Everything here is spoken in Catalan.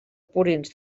purins